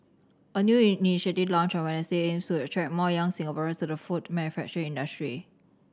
a new initiative launched on Wednesday aims to attract more young Singaporeans to the food manufacturing industry